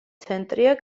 ცენტრია